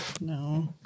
No